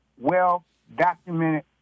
well-documented